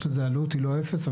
יש לזה עלות היא לא אפס,